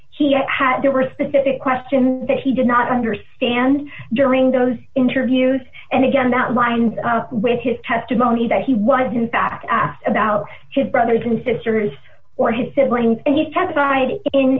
he had there were a specific question that he did not understand during those interviews and again that lines up with his testimony that he was in fact asked about his brothers and sisters or his siblings and he